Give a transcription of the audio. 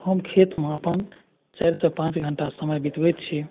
हम खेतमे अपन चारिसँ पाँच घन्टा समय बितबै छी